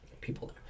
people